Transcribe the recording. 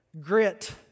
grit